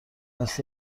قصد